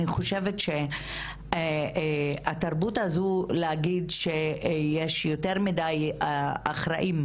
אני חושבת שהתרבות הזו - להגיד שיש יותר מדי אחראים.